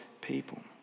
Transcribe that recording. people